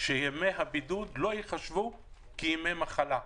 וקבע שימי הבידוד לא ייחשבו כימי המחלה.